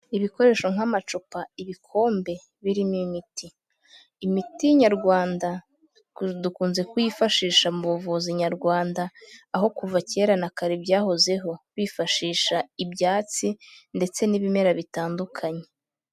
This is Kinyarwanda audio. Ibikoresho nk'amacupa, ibikombe birimo imiti, imiti Nyarwanda dukunze kuyifashisha mu buvuzi Nyarwanda aho kuva kera na kare byahozeho, bifashisha ibyatsi ndetse n'ibimera bitandukanye.